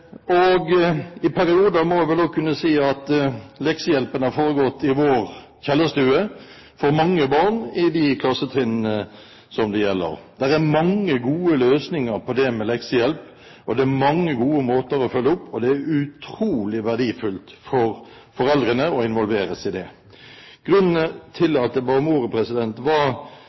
må vel også kunne si at i perioder har leksehjelpen foregått i vår kjellerstue for mange barn i de klassetrinnene som det gjelder. Det er mange gode løsninger på det med leksehjelp, det er mange gode måter å følge opp, og det er utrolig verdifullt for foreldrene å involveres i det. Grunnen til at jeg ba om ordet, var